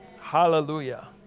Hallelujah